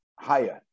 higher